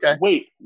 wait